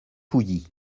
pouilly